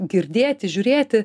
girdėti žiūrėti